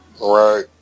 Right